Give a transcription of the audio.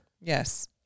Yes